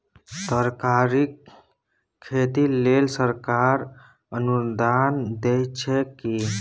तरकारीक खेती लेल सरकार अनुदान दै छै की?